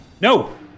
No